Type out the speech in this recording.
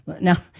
Now